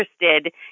interested